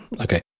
okay